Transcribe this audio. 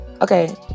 okay